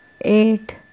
Eight